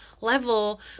level